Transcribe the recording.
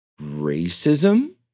racism